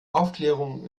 aufklärung